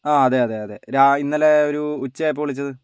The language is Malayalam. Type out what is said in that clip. ആ അതെ അതെ അതെ ഇന്നലെ ഒരു ഉച്ച ആയപ്പോൾ വിളിച്ചത്